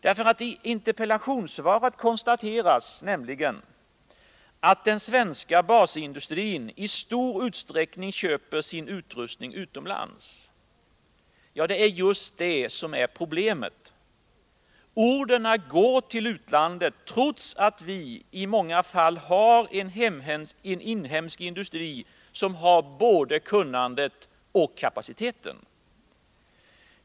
I interpellationssvaret konstateras nämligen att den svenska basindustrin i stor utsträckning köper sin utrustning utomlands. Ja, det är just det som är problemet. Orderna går till utlandet trots att vi i många fall har en 55 inhemsk industri som har både kunnandet och kapaciteten.